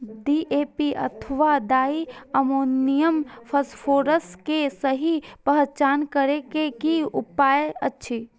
DAP अथवा di ammonium phosphate के सहि पहचान करे के कि उपाय अछि?